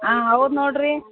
ಆಂ ಹೌದು ನೋಡಿರಿ